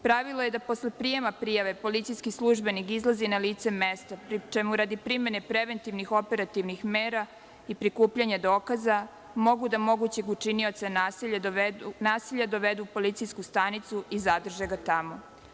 Pravilo je da posle prijema prijave policijski službenik izlazi na lice mesta, pri čemu radi primene preventivnih operativnih mera i prikupljanja dokaza mogu da mogućeg učinioca nasilja dovedu u policijsku stanicu i zadrže ga tamo.